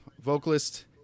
vocalist